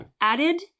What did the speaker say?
added